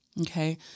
okay